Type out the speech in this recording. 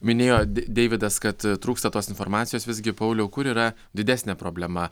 minėjo dei deividas kad trūksta tos informacijos visgi pauliau kur yra didesnė problema